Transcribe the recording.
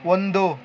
ಒಂದು